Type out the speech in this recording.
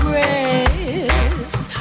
rest